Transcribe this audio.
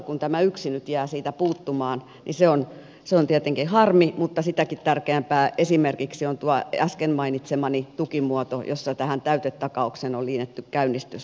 kun tämä yksi nyt jää siitä puuttumaan se on tietenkin harmi mutta sitäkin tärkeämpää on esimerkiksi tuo äsken mainitsemani tukimuoto jossa tähän täytetakaukseen on liitetty käynnistysavustus